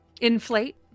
Inflate